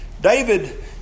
David